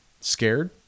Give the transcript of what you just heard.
scared